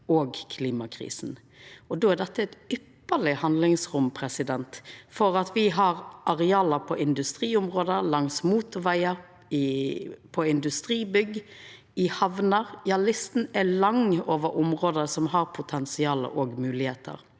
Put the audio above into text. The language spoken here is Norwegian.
og klimakrisa. Då er dette eit ypparleg handlingsrom, for me har areal på industriområde, langs motorvegar, på industribygg, i hamnar – ja, lista er lang over område som har potensial og moglegheiter.